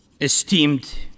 esteemed